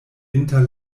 inter